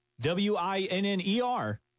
W-I-N-N-E-R